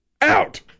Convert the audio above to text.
out